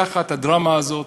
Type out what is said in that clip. תחת הדרמה הזאת